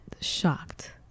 shocked